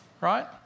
right